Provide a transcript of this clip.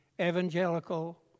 evangelical